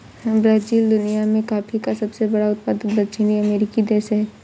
Brazil दुनिया में coffee का सबसे बड़ा उत्पादक दक्षिणी अमेरिकी देश है